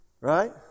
right